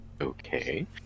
Okay